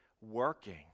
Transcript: working